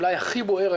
אולי הבוער ביותר,